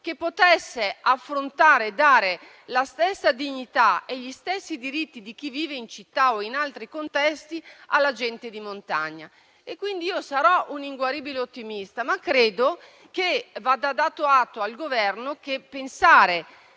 che potesse affrontare e dare la stessa dignità e gli stessi diritti di chi vive in città o in altri contesti alla gente di montagna. Sarò una inguaribile ottimista, ma credo che vada dato atto al Governo che pensare